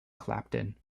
clapton